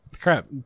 Crap